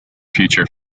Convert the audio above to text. future